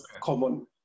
common